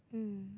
mm